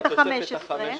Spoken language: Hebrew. בתוספת ה-15,